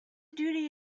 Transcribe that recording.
duty